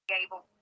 Gable